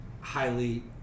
highly